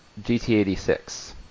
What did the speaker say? GT86